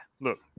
look